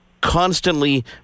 constantly